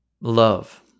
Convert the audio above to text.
love